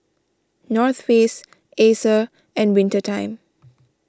North Face Acer and Winter Time